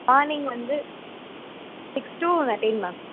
morning வந்து six to ten ma'am